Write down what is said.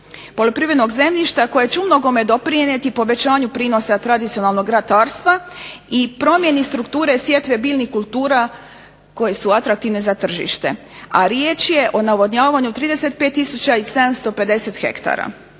poljoprivrednog zemljišta koje će u mnogome doprinijeti povećanju prinosa tradicionalnog ratarstva i promjeni strukture sjetve biljnih kultura koje su atraktivne za tržište, a riječ je o navodnjavanju 35750 hektara